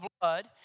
blood